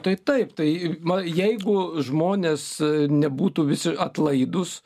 tai taip tai jeigu žmonės nebūtų visi atlaidūs